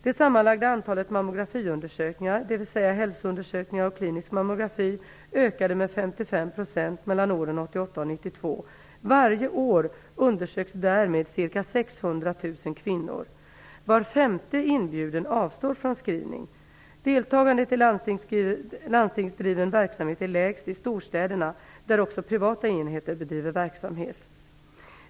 Det sammanlagda antalet mammografiundersökningar, dvs. hälsoundersökningar och klinisk mammografi, ökade med 55 % mellan åren 1988 och 1992. Varje år undersöks därmed ca 600 000 kvinnor. Var femte inbjuden avstår från screening. Deltagandet i landstingsdriven verksamhet är lägst i storstäderna, där också privata enheter bedriver verksamhet.